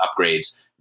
upgrades